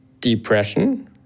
depression